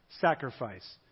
sacrifice